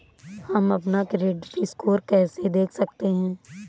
हम अपना credit score कैसे देख सकते हैं?